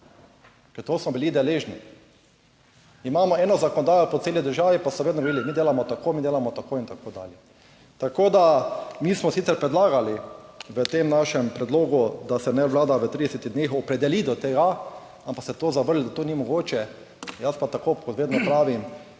Ker to smo bili deležni. Imamo eno zakonodajo po celi državi, pa so vedno vedeli, mi delamo tako, mi delamo tako in tako dalje. Tako da mi smo sicer predlagali v tem našem predlogu, da se naj Vlada v 30 dneh opredeli do tega, ampak ste to zavrnili, da to ni mogoče, jaz pa tako kot vedno pravim,